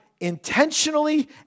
intentionally